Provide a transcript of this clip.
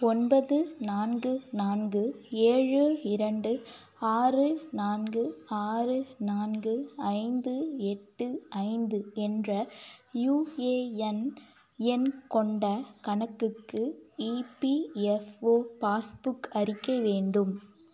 ஒன்பது நான்கு நான்கு ஏழு இரண்டு ஆறு நான்கு ஆறு நான்கு ஐந்து எட்டு ஐந்து என்ற யுஏஎன் எண் கொண்ட கணக்குக்கு இபிஎஃப்ஓ பாஸ்புக் அறிக்கை வேண்டும்